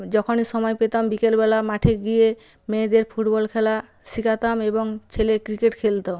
যখনই সময় পেতাম বিকেলবেলা মাঠে গিয়ে মেয়েদের ফুটবল খেলা শিখাতাম এবং ছেলে ক্রিকেট খেলত